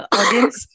audience